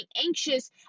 anxious